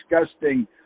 disgusting